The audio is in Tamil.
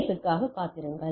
எஸ் க்கு காத்திருங்கள்